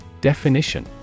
Definition